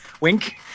wink